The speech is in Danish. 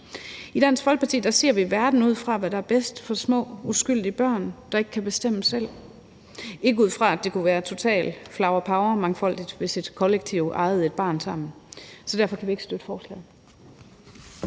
I Dansk Folkeparti ser vi verden ud fra, hvad der er bedst for små uskyldige børn, der ikke kan bestemme selv – ikke ud fra at det kunne være totalt flowerpowermangfoldigt, hvis et kollektiv ejede et barn sammen. Derfor kan vi ikke støtte forslaget.